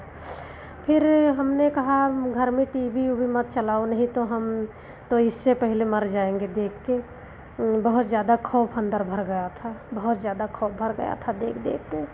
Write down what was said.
फिर हमने कहा कि घर में टी वी ऊवी मत चलाओ नहीं तो हम तो इससे पहले मर जाएँगे देख कर बहुत ज़्यादा ख़ौफ़ अंदर भर गया था बहुत ज़्यादा ख़ौफ़ भर गया था देख देख कर